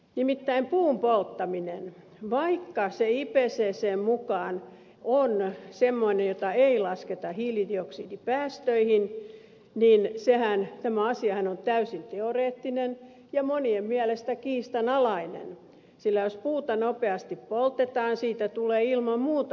nimittäin vaikka puun polttaminen ipccn mukaan on semmoista mitä ei lasketa hiilidioksidipäästöihin niin tämä asiahan on täysin teoreettinen ja monien mielestä kiistanalainen sillä jos puuta nopeasti poltetaan siitä tulee ilman muuta hiilidioksidia